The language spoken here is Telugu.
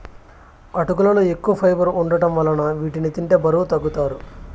అటుకులలో ఎక్కువ ఫైబర్ వుండటం వలన వీటిని తింటే బరువు తగ్గుతారు